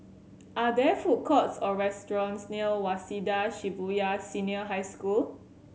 are there food courts or restaurants near Waseda Shibuya Senior High School